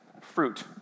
Fruit